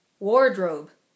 wardrobe